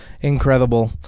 Incredible